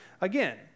again